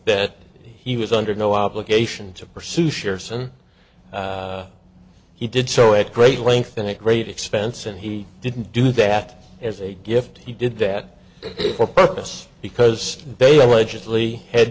that he was under no obligation to pursue shares and he did so at great length and a great expense and he didn't do that as a gift he did that for purpose because they allegedly had